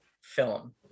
film